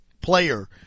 player